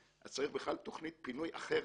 אז צריך בכלל תוכנית פינוי אחרת,